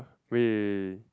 wait